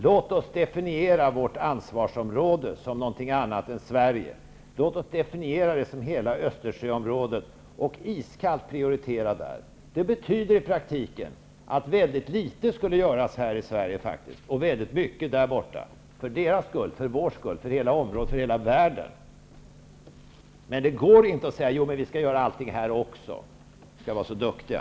Låt oss definiera vårt ansvarsområde som något annat än Sverige. Låt oss definiera det som hela Östersjöområdet och iskallt prioritera där. Det betyder i praktiken att väldigt litet faktiskt skulle göras här i Sverige och väldigt mycket där borta för deras skull, för vår skull, för hela området och för hela världen. Men det går inte att säga att vi skall göra allting här också. Vi skall vara så duktiga.